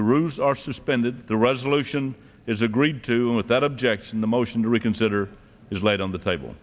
the rules are suspended the resolution is agreed to that objection the motion to reconsider is laid on the table